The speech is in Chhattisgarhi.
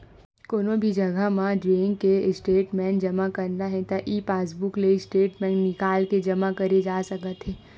कोनो भी जघा म बेंक के स्टेटमेंट जमा करना हे त ई पासबूक ले स्टेटमेंट निकाल के जमा करे जा सकत हे